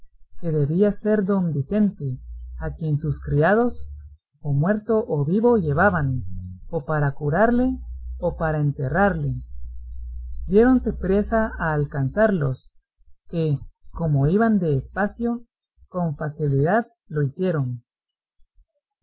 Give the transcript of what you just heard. que debía ser don vicente a quien sus criados o muerto o vivo llevaban o para curarle o para enterrarle diéronse priesa a alcanzarlos que como iban de espacio con facilidad lo hicieron